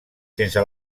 sense